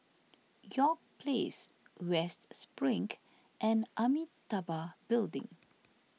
York Place West Spring and Amitabha Building